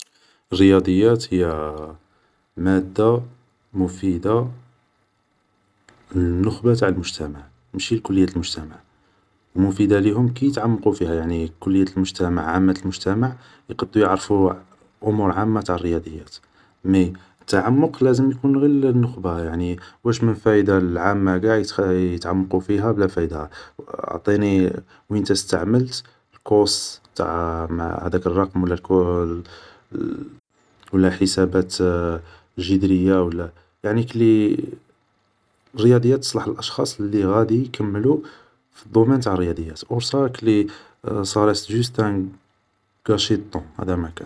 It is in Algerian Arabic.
الرياضيات هي مادة مفيدة للنخبة تاع المجتمع, ماشي لكلية المجتمع, و مفيدة ليهم كي يتعمقو فيها, كلي كلية المجتمع عامت المجتمع, يقدو يعرفو أمور عامة تاع الرياضيات, مي التعمق لازم يكون غي لنخبة, يعني واش من فايدة العامة قاع يتعمقو فيها بلا فايدة, اعطيني وينتا استعملت الكوس تاع هداك الرقم ولا حسابات جدرية, يعني كلي الرياضيات تصلح للاشخاص اللي غادي يكملو في الدومان تاع الرياضيات, اور صا, صا غاست جوست ان قاشي دو تون